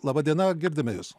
laba diena girdime jus